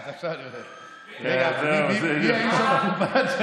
זה לא נגמר.